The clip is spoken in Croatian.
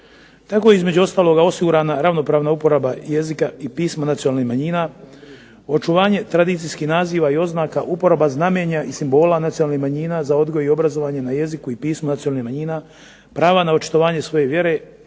Tako je između ostaloga osigurana ravnopravna uporaba jezika i pisma nacionalnih manjina, očuvanje tradicijskih naziva i oznaka, uporaba znamenja i simbola nacionalnih manjina za odgoj i obrazovanje na jeziku i pismu nacionalnih manjina, prava na očitovanje svoje vjere